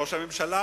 ראש הממשלה,